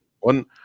One